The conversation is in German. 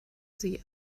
sie